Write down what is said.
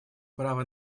право